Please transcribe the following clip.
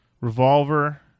Revolver